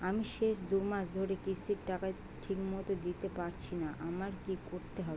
আমি শেষ দুমাস ধরে কিস্তির টাকা ঠিকমতো দিতে পারছিনা আমার কি করতে হবে?